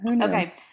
Okay